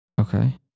Okay